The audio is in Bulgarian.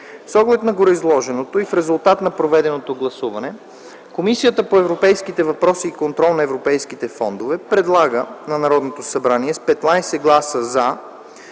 С оглед на гореизложеното и в резултат на проведеното гласуване Комисията по европейските въпроси и контрол на европейските фондове предлага на Народното събрание с 15 гласа „за”